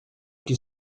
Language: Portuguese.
que